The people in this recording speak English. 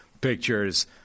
pictures